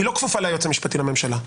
היא לא כפופה ליועץ המשפטי לממשלה.